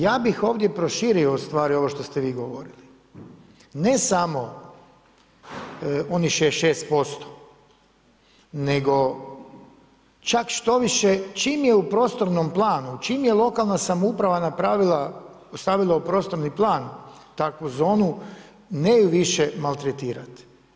Ja bih ovdje proširio u stvari ovo što ste vi govorili ne samo onih 66%, nego čak štoviše čim je u prostornom planu, čim je lokalna samouprava napravila, stavila u prostorni plan takvu zonu ne ju više maltretirati.